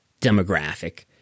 demographic